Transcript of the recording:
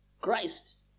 Christ